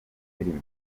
filime